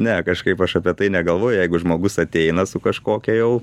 ne kažkaip aš apie tai negalvoju jeigu žmogus ateina su kažkokia jau